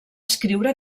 escriure